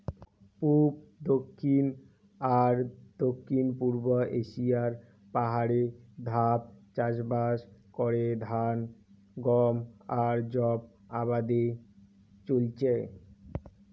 পুব, দক্ষিণ আর দক্ষিণ পুব এশিয়ার পাহাড়ে ধাপ চাষবাস করে ধান, গম আর যব আবাদে চইলচে